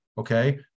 Okay